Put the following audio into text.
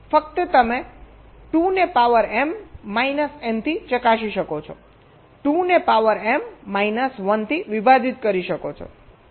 ફક્ત તમે 2 ને પાવર m માઇનસ n થી ચકાસી શકો છો 2 ને પાવર m માઇનસ 1 થી વિભાજીત કરી શકો છો